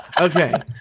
Okay